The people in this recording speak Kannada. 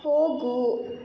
ಹೋಗು